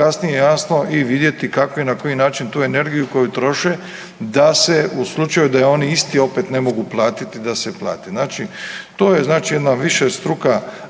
kasnije, jasno i vidjeti kako i na koji način tu energiju koju troše, da se u slučaju da je oni isti opet ne mogu platiti, da se plati. Znači to je znači jedna višestruka